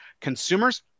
consumers